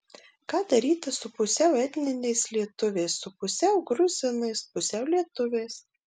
ką daryti su pusiau etniniais lietuviais su pusiau gruzinais pusiau lietuviais